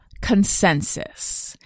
consensus